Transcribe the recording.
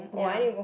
ya